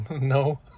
No